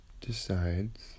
decides